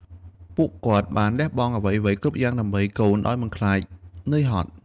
ពួកគាត់បានលះបង់អ្វីៗគ្រប់យ៉ាង ដើម្បីកូនដោយមិនខ្លាចនឿយហត់។